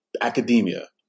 academia